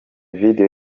video